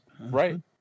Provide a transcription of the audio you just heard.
right